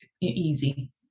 easy